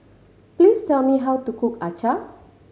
please tell me how to cook acar